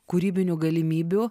kūrybinių galimybių